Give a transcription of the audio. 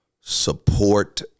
support